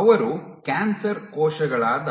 ಅವರು ಕ್ಯಾನ್ಸರ್ ಕೋಶಗಳಾದ